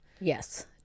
yes